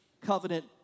covenant